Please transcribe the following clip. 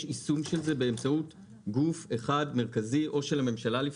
יישום של זה באמצעות גוף אחד מרכזי או של הממשלה או